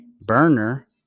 Burner